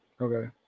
Okay